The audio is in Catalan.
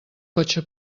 cotxe